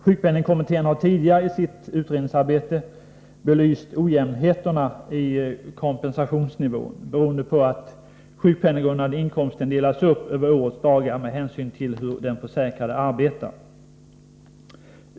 Sjukpenningkommittén har tidigare i sitt utredningsarbete belyst ojämnheterna i kompensationsnivån, beroende på att den sjukpenninggrundande inkomsten delas upp över årets dagar med hänsyn till hur den försäkrade arbetar.